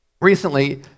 recently